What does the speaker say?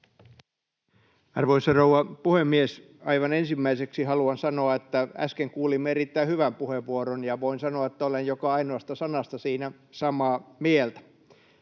Arvoisa rouva puhemies! Aivan ensimmäiseksi haluan sanoa, että äsken kuulimme erittäin hyvän puheenvuoron, ja voin sanoa, että olen joka ainoasta sanasta siinä samaa mieltä.